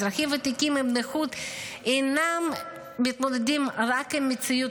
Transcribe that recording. אזרחים ותיקים עם נכות אינם מתמודדים רק עם מציאות